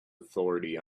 authority